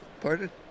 Pardon